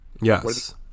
Yes